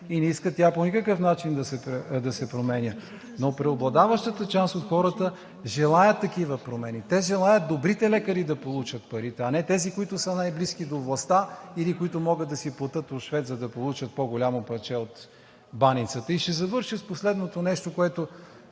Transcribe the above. и не искат тя по никакъв начин да се променя, но преобладаващата част от хората желаят такива промени. Те желаят добрите лекари да получат парите, а не тези, които са най-близки до властта или които могат да си платят рушвет, за да получат по-голямо парче от баницата. Ще завършва с последното нещо, което